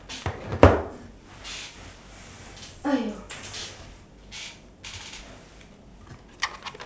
!aiyo!